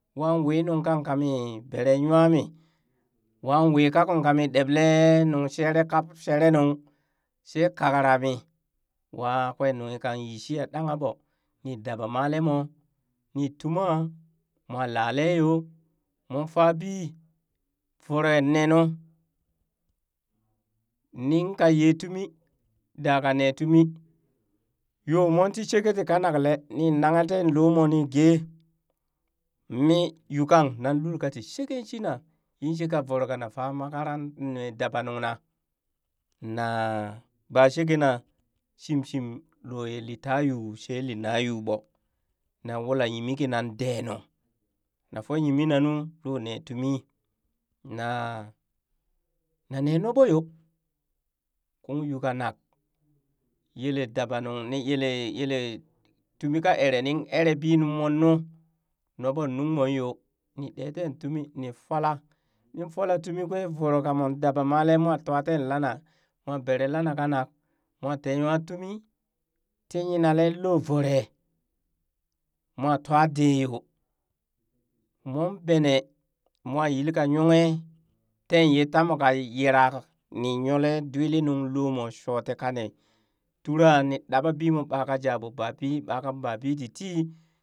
Waa wii nuŋ kang ka mi beren nwami, waan wii ka kung kami ɗeɓleee nung sheree kap shere nung she kararami waa kwen nunghi kan yi shiya ɗangha ɓoo. nii dabamalee moo nii tumaa, mwa lalayee yoo mon faabi voroe nenuu. Nin kaye tumi daka neetumi yoo mon tii shikee tikanak lee ni nanghe ti loo mo ni gee mii yuukang nan lul kati sheken shiina. yinshi ka voro kana fa makaran dabanung na na baa shekeena shimshim loo yee lita yuu, she linaa yuu ɓoo na wulaa yimi kina dee nu nafoo yimi nanuu loo ne tumi naa nane noɓo yoo kung yuu kanak yelee dabanung yele yele yele tumi ka eree ni ere bi mon nuu noɓon nuŋ moon yoo ni ɗeten tumi ni folaa nin folaa tumin kwee voroo kan dabamalee mon tua teen lana, mon bere lanaa kanak moo tee nywaa tumi tii yinalee lo voro moo twaa dee yoo. mon benee mo yileeka nyonghe teen yee tamo ka yira ni nyolee dwilii nuŋ loomo shooti kane turaa ni ɗaɓa bimo ɓakaa ja ɓo babi ɓa kan babi ti tii.